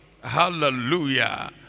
Hallelujah